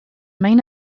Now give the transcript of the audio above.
main